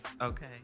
okay